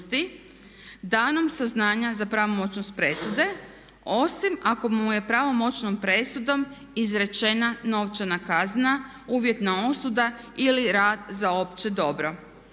da nam saznanja za pravomoćnost presude osim ako mu je pravomoćnom presudom izrečena novčana kazna, uvjetna osuda ili rad za opće dobro.